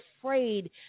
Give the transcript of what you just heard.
afraid